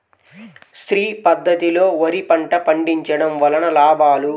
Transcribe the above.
శ్రీ పద్ధతిలో వరి పంట పండించడం వలన లాభాలు?